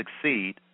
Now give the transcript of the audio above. succeed